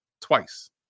twice